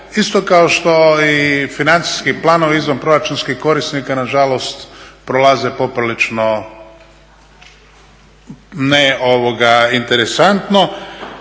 isto kao što i financijski planovi izvanproračunskih korisnika na žalost prolaze poprilično neinteresantno.